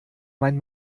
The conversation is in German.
mein